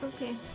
Okay